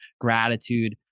gratitude